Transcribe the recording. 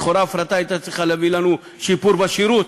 לכאורה ההפרטה הייתה צריכה להביא לנו שיפור בשירות,